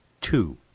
two